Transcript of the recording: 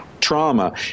trauma